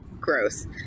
gross